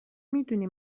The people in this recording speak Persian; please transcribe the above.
میدونی